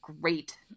great